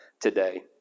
today